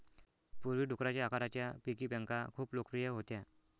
पूर्वी, डुकराच्या आकाराच्या पिगी बँका खूप लोकप्रिय होत्या